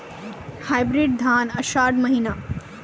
Hybrid धान आषाढ़ महीना?